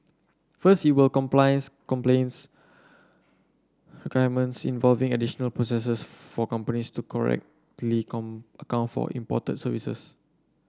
first it will compliance involving additional processes for companies to correctly account for imported services